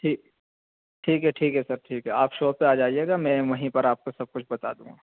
جی ٹھیک ہے ٹھیک ہے سر ٹھیک ہے آپ شاپ پہ آ جائے گا میں وہیں پر آپ کو سب کچھ بتا دوں گا